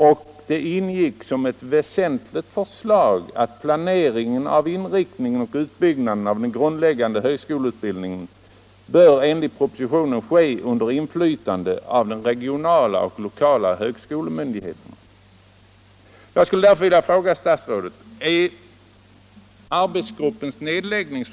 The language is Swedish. Ett väsentligt förslag i propositionen var att planeringen av inriktningen och utbyggnaden av den grundläggande högskoleutbildningen skulle ske under inflytande av de regionala och lokala högskolemyndigheterna. Jag skulle därför vilja fråga statsrådet: Är arbetsgruppens förslag om nedläggning